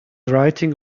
writing